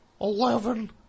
Eleven